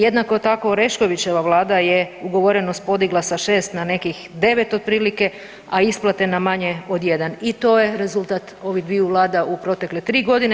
Jednako tako Oreškovićeva vlada je ugovorenost podigla sa 6 na nekih 9 otprilike, a isplate na manje od 1 i to je rezultat ovih dviju vlada u protekle tri godine.